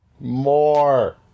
More